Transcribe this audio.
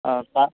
ହଁ ତା